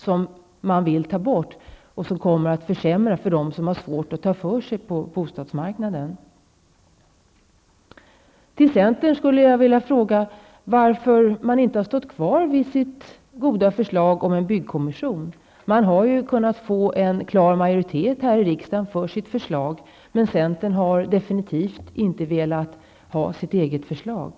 Därmed kommer det att bli sämre för dem som har svårt att ta för sig på bostadsmarknaden. Jag skulle vilja fråga er i centern varför ni inte har stått fast vid ert goda förslag om en byggkommission. Det hade ju gått att få en klar majoritet här i riksdagen för det förslaget. Men ni i centern har definitivt inte stått fast vid det egna förslaget.